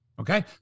Okay